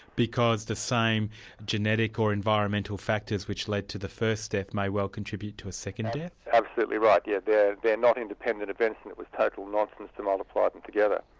because the same genetic or environmental factors which led to the first death may well contribute to a second death? absolutely right, yeah yes, they're not independent events, and it was total nonsense to multiply them together.